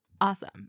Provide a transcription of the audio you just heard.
Awesome